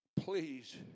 please